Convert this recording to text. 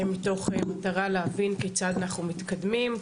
מתוך מטרה להבין כיצד אנחנו מתקדמים.